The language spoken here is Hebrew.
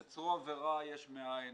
יצרו עבירה יש מאין,